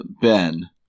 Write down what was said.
Ben